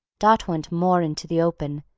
dot went more into the open,